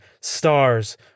stars